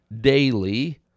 daily